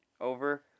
over